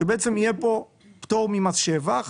שיהיה פה פטור ממס שבח